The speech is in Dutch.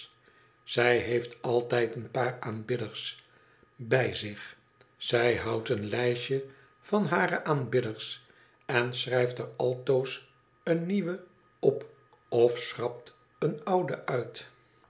zij heeft altijd een paar aanbidders bij zich zij houdt een lijstje ad hare aanbidders en schrijft er altoos een nieuwen op of schrapt een ouden uit